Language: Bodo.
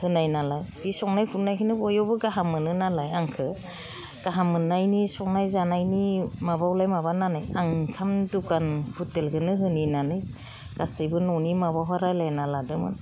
होनायनालाय बे संनाय खावनायखौनो बयबो गाहाम मोनो नालाय आंखौ गाहाम मोननायनि संनाय जानायनि माबायावलाय माबानानै आं ओंखाम दुखान हटेलखौनो होनि होननानै गासैबो न'नि माबाफोर रायज्लायना लादोंमोन